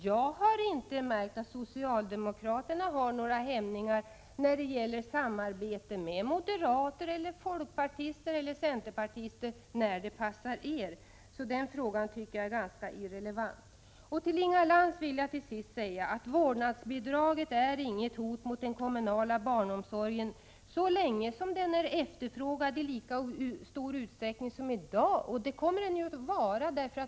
Jag vill då säga att jag inte har märkt att socialdemokraterna har några hämningar när det gäller samarbete med moderater eller folkpartister eller centerpartister när det passar socialdemokraterna, så den frågan tycker jag är ganska irrelevant. Til sist vill jag säga till Inga Lantz att vårdnadsbidraget inte utgör något hot mot den kommunala barnomsorgen så länge som denna är efterfrågad i lika stor utsträckning som i dag, och det kommer den att vara.